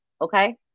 Okay